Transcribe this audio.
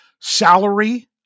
salary